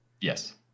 yes